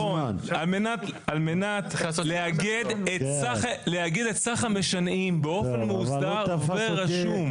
כדי לאגד את סך המשנעים באופן מאוסדר ורשום.